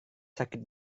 sakit